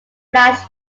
flash